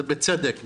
ובצדק,